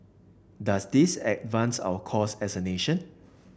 does this advance our cause as a nation